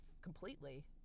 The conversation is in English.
completely